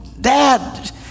dad